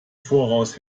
voraus